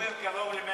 היית אומר קרוב ל-110%,